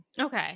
Okay